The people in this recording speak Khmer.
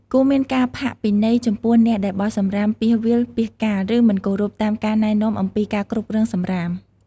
គួរមានការផាកពិន័យចំពោះអ្នកដែលបោះសំរាមពាសវាលពាសកាល ឬមិនគោរពតាមការណែនាំអំពីការគ្រប់គ្រងសំរាម។